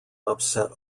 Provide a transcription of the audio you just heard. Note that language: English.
upset